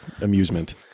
amusement